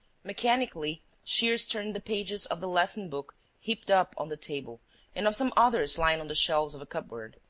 mechanically, shears turned the pages of the lesson-books heaped up on the table and of some others lying on the shelves of a cupboard.